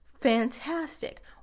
fantastic